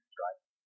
right